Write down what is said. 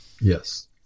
Yes